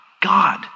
God